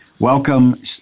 Welcome